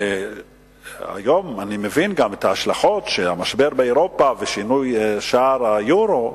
היום אני מבין את ההשלכות של המשבר באירופה ושינוי שער היורו.